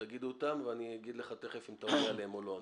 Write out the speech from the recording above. תגידו אותן ואני אומר לך אם תענה עליהן או לא.